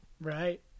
Right